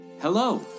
Hello